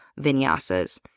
vinyasas